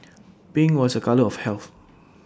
pink was A colour of health